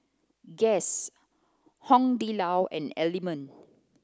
guess Hong Di Lao and Element